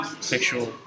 sexual